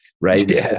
right